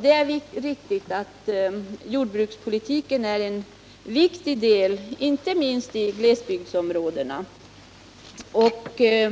Det är riktigt att jordbrukspolitiken är en viktig del, inte minst i glesbygdsområdena.